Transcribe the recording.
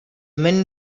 men